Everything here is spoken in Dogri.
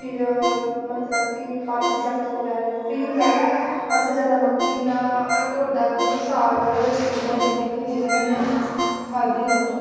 फिर मतलब की बाथू शाथू बगैरा जो बी होंदा ऐ अस जादैतर मक्की दा ढोड्डा होर साग ओह्दे बिच दिन्ने आं कि जेह्दे कन्नै हल्थी रौह्न